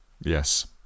Yes